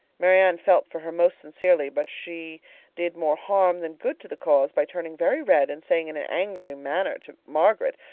marianne felt for her most sincerely but she did more harm than good to the cause, by turning very red and saying in an angry manner to margaret,